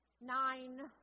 Nine